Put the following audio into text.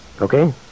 Okay